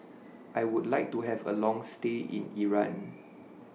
I Would like to Have A Long stay in Iran